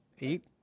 Eight